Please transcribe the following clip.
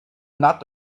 not